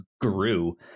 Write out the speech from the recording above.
grew